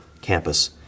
campus